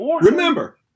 remember